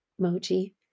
emoji